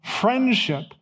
friendship